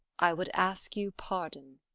i would ask you pardon.